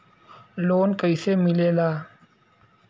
Loan कईसे मिलेला?